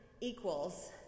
equals